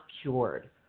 cured